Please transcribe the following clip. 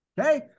Okay